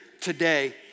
today